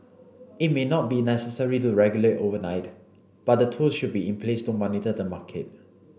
it may not be necessary to regulate overnight but the tools should be in place to monitor the market